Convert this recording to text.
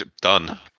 Done